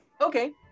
Okay